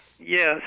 Yes